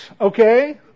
okay